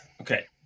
Okay